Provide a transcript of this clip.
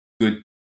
good